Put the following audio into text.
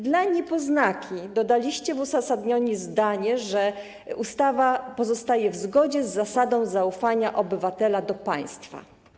Dla niepoznaki dodaliście w uzasadnieniu zdanie, że ustawa pozostaje w zgodzie z zasadą zaufania obywatela do państwa.